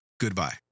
Goodbye